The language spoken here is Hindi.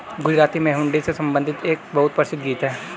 गुजराती में हुंडी से संबंधित एक बहुत प्रसिद्ध गीत हैं